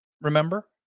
Remember